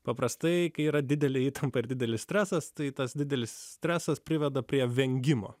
paprastai kai yra didelė įtampa ir didelis stresas tai tas didelis stresas priveda prie vengimo